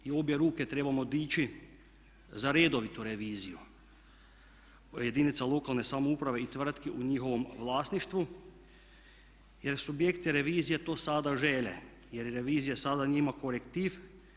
I obje ruke trebamo dići za redovitu reviziju … jedinicama lokalne samouprave i tvrtki u njihovom vlasništvu jer subjekti revizije to sada žele jer je revizija sada njima korektiv.